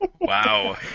Wow